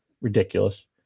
Ridiculous